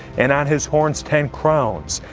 and on his horns ten crowns,